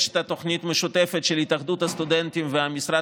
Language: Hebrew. יש את התוכנית המשותפת של התאחדות הסטודנטים והמשרד